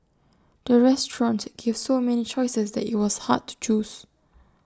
the restaurants gave so many choices that IT was hard to choose